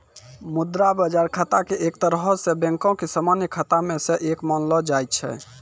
मुद्रा बजार खाता एक तरहो से बैंको के समान्य खाता मे से एक मानलो जाय छै